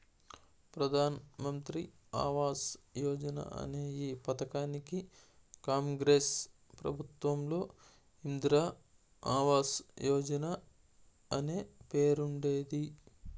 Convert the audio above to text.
ప్రధాన్ మంత్రి ఆవాస్ యోజన అనే ఈ పథకానికి కాంగ్రెస్ ప్రభుత్వంలో ఇందిరా ఆవాస్ యోజన అనే పేరుండేది